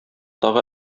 тагы